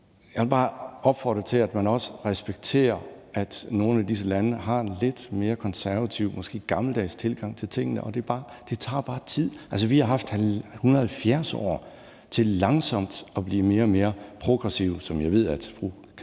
Jeg vil bare opfordre til, at man også respekterer, at nogle af disse lande har en lidt mere konservativ og måske gammeldags tilgang til tingene, og at det bare tager tid. Altså, vi har haft 170 år til langsomt at blive mere og mere progressive, hvilket jeg ved at fru Katarina